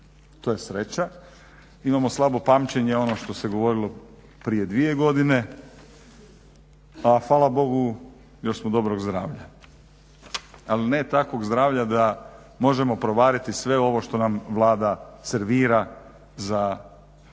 To je sreća. Imamo slabo pamćenje ono što se dogodilo prije dvije godine a hvala Bogu još smo dobrog zdravlja. Ali ne takvog zdravlja da možemo provariti sve ovo što nam Vlada servira za